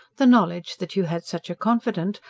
the knowledge that you had such a confidante,